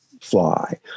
fly